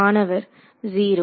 மாணவர்0